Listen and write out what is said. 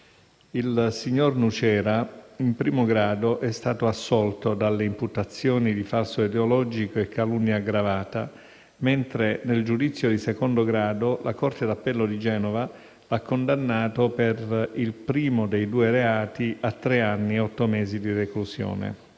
Il signor Nucera, in primo grado, è stato assolto dalle imputazioni di falso ideologico e calunnia aggravata, mentre nel giudizio di secondo grado la Corte d'appello di Genova l'ha condannato per il primo dei due reati a tre anni e otto mesi di reclusione,